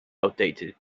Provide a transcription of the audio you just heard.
outdated